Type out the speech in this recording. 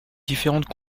différentes